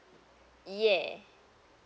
yes